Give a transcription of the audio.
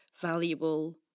valuable